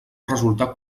resultar